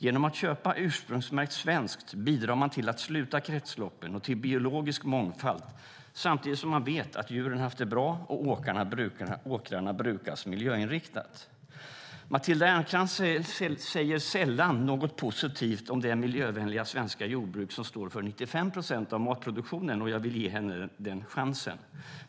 Genom att köpa ursprungsmärkt svenskt bidrar man till att sluta kretsloppen och till biologisk mångfald samtidigt som man vet att djuren har haft det bra och att åkrarna brukas miljöinriktat. Matilda Ernkrans säger sällan något positivt om det miljövänliga svenska jordbruk som står för 95 procent av matproduktionen. Jag vill ge henne en chans att göra det.